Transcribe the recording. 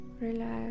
relax